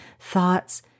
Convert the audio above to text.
thoughts